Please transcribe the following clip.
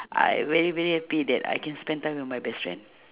I very very happy that I can spend time with my best friend